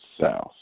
South